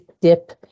dip